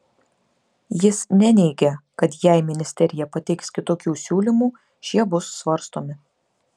jis neneigė kad jei ministerija pateiks kitokių siūlymų šie bus svarstomi